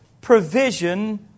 provision